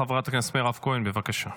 חברת הכנסת מירב כהן, בבקשה,